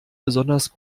besonders